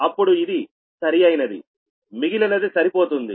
అప్పుడు ఇది సరి అయినదిమిగిలినది సరిపోయింది